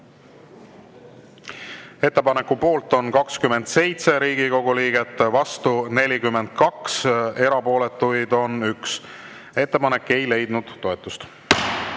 Ettepaneku poolt on 27 Riigikogu liiget, vastu 42, erapooletuid on 1. Ettepanek ei leidnud